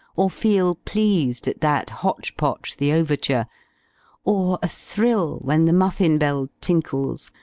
or feel pleased at that hotch-potch the overture or, a thrill when the muffin-bell tinkles,